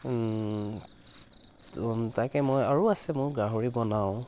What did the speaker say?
তাকে মই আৰু আছে মোৰ গাহৰি বনাওঁ